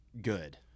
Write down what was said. good